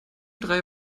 drei